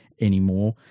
anymore